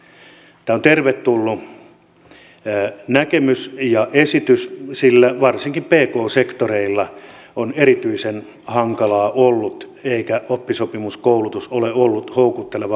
tämä on tervetullut näkemys ja esitys sillä varsinkin pk sektorilla on ollut erityisen hankalaa eikä oppisopimuskoulutus ole ollut houkutteleva vaihtoehto